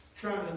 trying